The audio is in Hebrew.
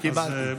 קיבלתי, קיבלתי.